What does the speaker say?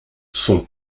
son